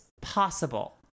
possible